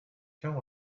don’t